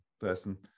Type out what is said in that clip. person